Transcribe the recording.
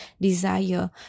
desire